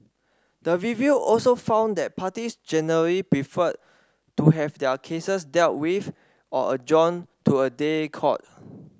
the review also found that parties generally preferred to have their cases dealt with or adjourn to a day court